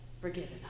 forgiven